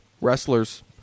wrestlers